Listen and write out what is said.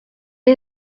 est